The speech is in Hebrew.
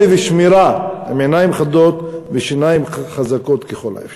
כלב שמירה עם עיניים חדות ושיניים חזקות ככל האפשר.